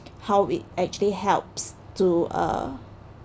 how it actually helps to uh